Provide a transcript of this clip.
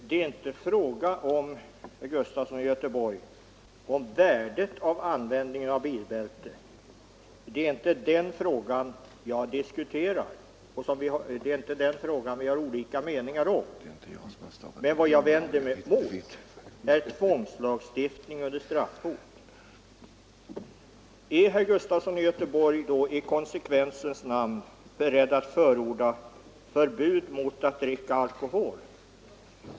Herr talman! Det är, herr Sven Gustafson i Göteborg, inte fråga om värdet av att använda bilbälte. Det är inte den frågan jag diskuterar, och det är inte den frågan vi har olika meningar om. Men vad jag vänder mig emot är tvångslagstiftning under straffhot. Är herr Sven Gustafson i Göteborg i konsekvensens namn beredd att förorda ett förbud mot att dricka alkohol?